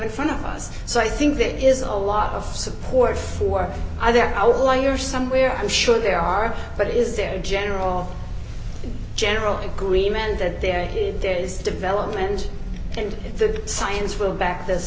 in front of us so i think that is a lot of support for their outlier somewhere i'm sure there are but is there a general general agreement that there is there is development and the science will back